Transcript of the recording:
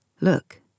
Look